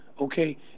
Okay